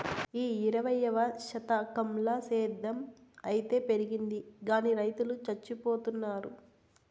ఈ ఇరవైవ శతకంల సేద్ధం అయితే పెరిగింది గానీ రైతులు చచ్చిపోతున్నారు